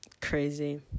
crazy